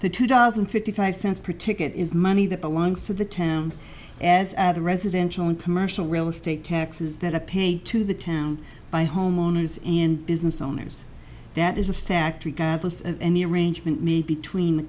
the two thousand and fifty five cents per ticket is money that belongs to the town as add a residential and commercial real estate taxes that are paid to the town by homeowners and business owners that is a fact regardless of any arrangement made between